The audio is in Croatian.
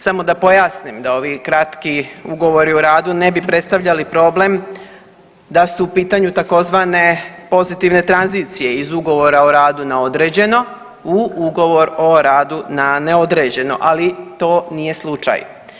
Samo da pojasnim da ovi kratki ugovori o radu ne bi predstavljali problem da su u pitanju tzv. pozitivne tranzicije iz ugovora o radu na određeno u ugovor o radu na neodređeno, ali to nije slučaj.